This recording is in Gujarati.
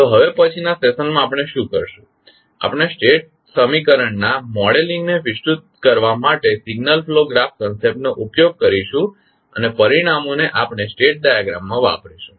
તો હવે પછીનાં સેશનમાં આપણે શું કરીશું આપણે સ્ટેટ સમીકરણ ના મોડેલિંગ ને વિસ્તૃત કરવા માટે સિગ્નલ ફ્લો ગ્રાફ કન્સેપ્ટનો ઉપયોગ કરીશું અને પરિણામોને આપણે સ્ટેટ ડાયાગ્રામ માં વાપરીશું